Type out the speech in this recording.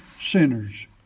sinners